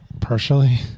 Partially